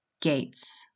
Gates